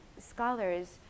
scholars